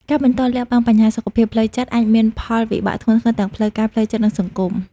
ការបន្តលាក់បាំងបញ្ហាសុខភាពផ្លូវចិត្ត អាចមានផលវិបាកធ្ងន់ធ្ងរទាំងផ្លូវកាយ ផ្លូវចិត្ត និងសង្គម។